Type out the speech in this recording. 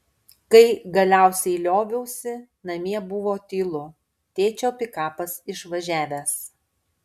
kai galiausiai lioviausi namie buvo tylu tėčio pikapas išvažiavęs